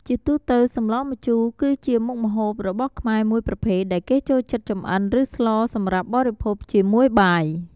ជាទូទៅសម្លម្ជូរគឺជាមុខម្ហូបរបស់ខ្មែរមួយប្រភេទដែលគេចូលចិត្តចម្អិនឬស្លសម្រាប់បរិភោគជាមួយបាយ។